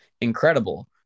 incredible